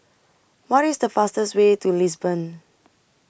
What IS The fastest Way to Lisbon